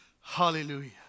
Hallelujah